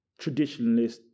traditionalist